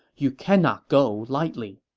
you cannot go lightly.